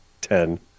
ten